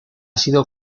sido